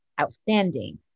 outstanding